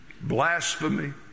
blasphemy